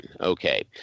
Okay